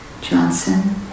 Johnson